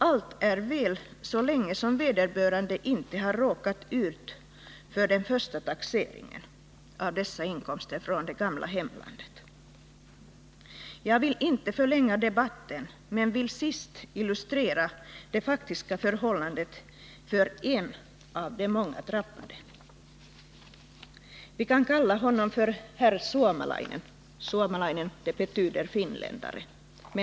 Allt är väl så länge som vederbörande inte har råkat ut för den första taxeringen av dessa inkomster från det gamla hemlandet. Jag vill inte förlänga debatten men skall till sist illustrera det faktiska förhållandet för en av de många drabbade. Vi kan kalla honom för herr Suomalainen som betyder finländare.